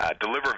deliver